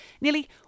Nearly